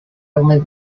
only